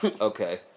Okay